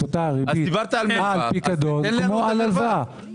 אותה ריבית על פיקדון כמו על הלוואה.